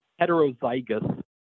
heterozygous